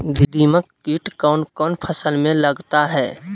दीमक किट कौन कौन फसल में लगता है?